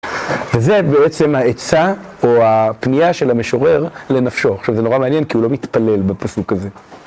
וזה בעצם העצה או הפנייה של המשורר לנפשו. עכשיו זה נורא מעניין כי הוא לא מתפלל בפסוק הזה.